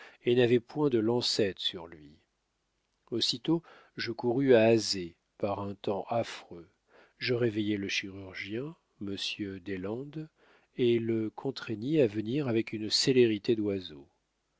et n'avait point de lancette sur lui aussitôt je courus à azay par un temps affreux je réveillai le chirurgien monsieur deslandes et le contraignis à venir avec une célérité d'oiseau